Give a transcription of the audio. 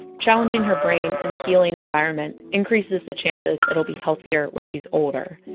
challenging her brain in a healing environment increases the chances it will be healthier when she's older.